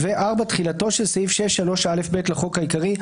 תחילתו של סעיף 6(3א)(ב) לחוק העיקרי,